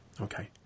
okay